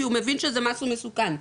כי הוא מבין שזה משהו מסוכן,